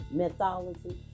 mythology